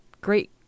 great